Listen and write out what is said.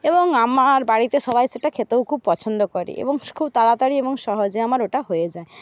এবং আমার বাড়িতে সবাই সেটা খেতেও খুব পছন্দ করে এবং খুব তাড়াতাড়ি এবং সহজে আমার ওটা হয়ে যায়